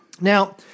Now